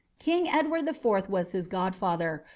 king edward the fourth was his godfather,